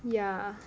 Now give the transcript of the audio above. yeah